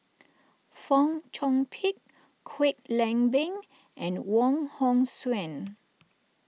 Fong Chong Pik Kwek Leng Beng and Wong Hong Suen